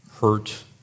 hurt